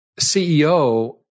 CEO